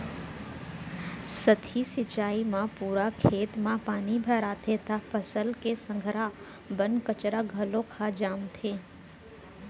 सतही सिंचई म पूरा खेत म पानी भराथे त फसल के संघरा बन कचरा घलोक ह जामथे